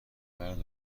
مرد